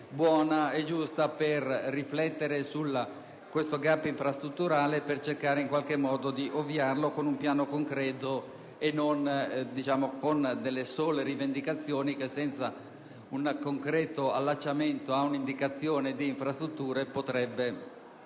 buona e giusta per riflettere sul *gap* infrastrutturale e per cercare di ovviarlo, con un piano concreto e non con mere rivendicazioni, che senza un concreto allacciamento ad un'indicazione delle infrastrutture potrebbero